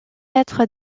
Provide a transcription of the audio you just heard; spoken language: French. être